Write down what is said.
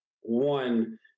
one